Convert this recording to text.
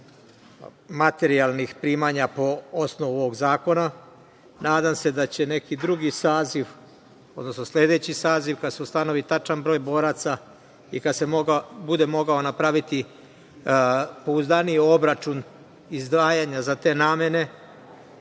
materijalnih primanja po osnovu ovog zakona, nadam se da će neki drugi saziv, odnosno sledeći saziv, kad se ustanovi tačan broj boraca i kad se bude mogao napraviti pouzdaniji obračun izdvajanja za te namene,